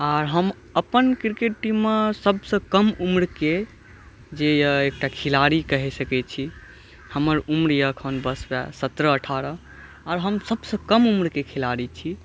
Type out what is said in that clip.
आर हम अपन क्रिकेट टीममे सबसॅं कम उम्र के जे अछि एकटा खिलाड़ी कहि सकै छी हमर उम्र अछि एखन वएह बस सत्रह अठारह आ हम सबसॅं कम उम्र के खिलाड़ी छी